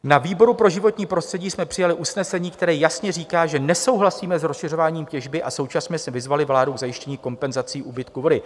Na výboru pro životní prostředí jsme přijali usnesení, které jasně říká, že nesouhlasíme s rozšiřováním těžby, a současně jsme vyzvali vládu k zajištění kompenzací úbytku vody.